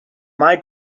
mai